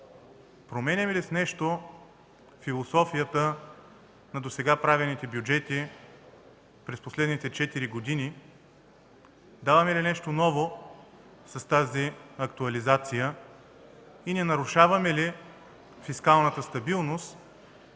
променяме ли с нещо философията на досега правените бюджети през последните четири години, даваме ли нещо ново с тази актуализация и не нарушаваме ли фискалната стабилност